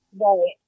Right